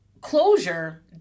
closure